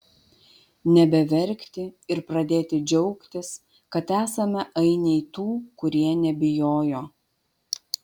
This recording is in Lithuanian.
nebeverkti ir pradėti džiaugtis kad esame ainiai tų kurie nebijojo